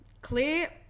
clear